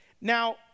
Now